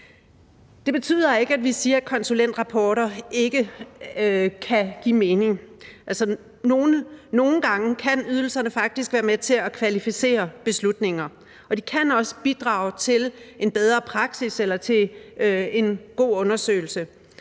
Det betyder ikke, at vi siger, at konsulentrapporter ikke kan give mening. Nogle gange kan ydelserne faktisk være med til at kvalificere beslutninger, og de kan også bidrage til en bedre praksis eller til en god undersøgelse.